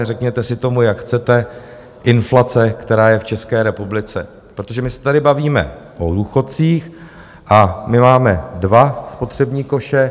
Řekněte si tomu, jak chcete, inflace, která je v České republice, protože my se tady bavíme o důchodcích a my máme dva spotřební koše.